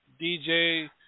DJ